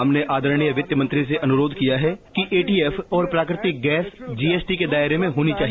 हमने आदरणीय वित्तमंत्री से अनुरोध किया है कि एटीएफ और प्राकृतिक गैस जीएसटी के दायरे में होनी चाहिए